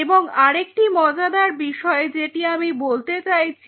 এবং আরেকটি মজাদার বিষয় যেটি আমি চাইছি